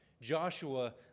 Joshua